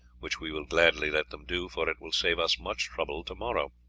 which we will gladly let them do, for it will save us much trouble to-morrow.